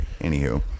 Anywho